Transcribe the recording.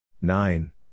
Nine